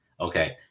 Okay